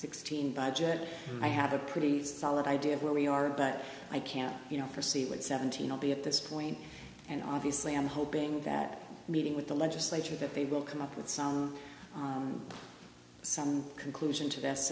sixteen budget i have a pretty solid idea of where we are but i can't you know proceed with seventeen i'll be at this point and obviously i'm hoping that meeting with the legislature that they will come up with some some conclusion to th